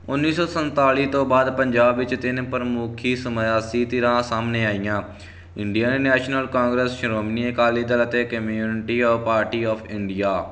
ਉੱਨੀ ਸੋ ਸੰਨਤਾਲੀ ਤੋਂ ਬਾਅਦ ਪੰਜਾਬ ਵਿੱਚ ਤਿੰਨ ਪ੍ਰਮੁੱਖੀ ਸਮਆਸੀ ਧਿਰਾਂ ਸਾਹਮਣੇ ਆਈਆਂ Indian National Congress Shiromani Akali Dal ਅਤੇ communist of party of India